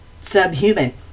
subhuman